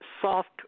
soft